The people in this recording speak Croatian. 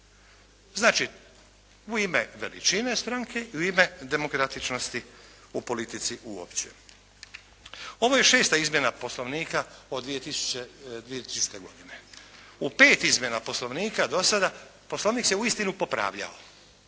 Znači, u ime veličine stranke i u ime demokratičnosti u politici uopće. Ovo je šesta izmjena Poslovnika od 2000. godine. U pet izmjena Poslovnika do sada Poslovnik se uistinu popravljao.